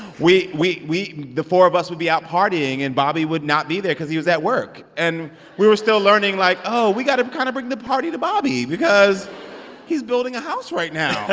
we we the four of us would be out partying, and bobby would not be there because he was at work and we were still learning like, oh, we got to kind of bring the party to bobby because he's building a house right now